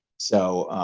so